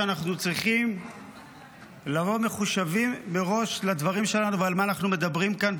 ואנחנו צריכים לבוא מחושבים מראש לדברים שלנו ועל מה אנחנו מדברים כאן,